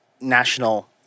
national